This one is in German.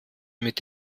mit